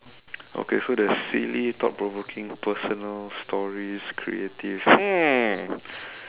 okay so there's silly thought provoking personal stories creative hmm